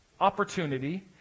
opportunity